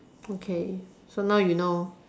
okay so now you know